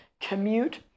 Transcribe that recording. commute